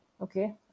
Okay